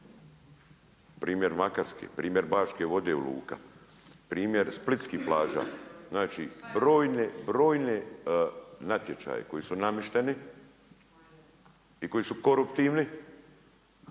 Primjer Makarske, primjer Baške vode u …/Govornik se ne razumije./… primjer splitskih plaža. Znači brojne, brojne natječaje koji su namješteni i koji su koruptivni,